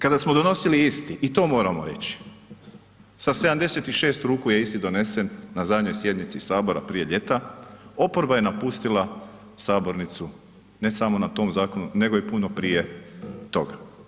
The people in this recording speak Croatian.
Kada smo donosili isti, i to moramo reći, sa 76 ruku je isti donesen na zadnjoj sjednici Sabora prije ljeta, oporba je napustila sabornicu ne samo na tom zakonu nego i puno prije toga.